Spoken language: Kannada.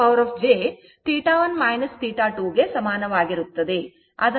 ಮತ್ತು ಇದು V1V2 e jθ1 θ2 ಗೆ ಸಮಾನವಾಗಿರುತ್ತದೆ